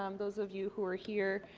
um those of you who are here,